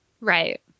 right